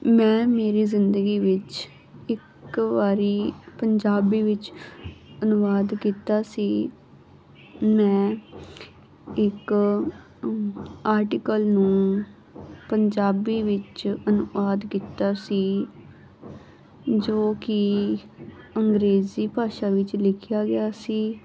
ਮੈਂ ਮੇਰੀ ਜ਼ਿੰਦਗੀ ਵਿੱਚ ਇੱਕ ਵਾਰ ਪੰਜਾਬੀ ਵਿੱਚ ਅਨੁਵਾਦ ਕੀਤਾ ਸੀ ਮੈਂ ਇੱਕ ਆਰਟੀਕਲ ਨੂੰ ਪੰਜਾਬੀ ਵਿੱਚ ਅਨੁਵਾਦ ਕੀਤਾ ਸੀ ਜੋ ਕਿ ਅੰਗਰੇਜ਼ੀ ਭਾਸ਼ਾ ਵਿੱਚ ਲਿਖਿਆ ਗਿਆ ਸੀ